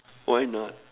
why not